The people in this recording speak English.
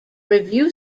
review